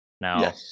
Now